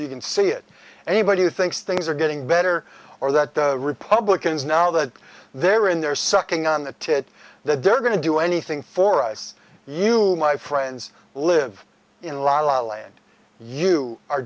you can see it and even you thinks things are getting better or that the republicans now that they're in they're sucking on the tit that they're going to do anything for us you my friends live in la la land you are